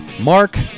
Mark